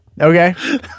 okay